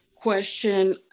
question